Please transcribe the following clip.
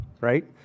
right